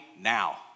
now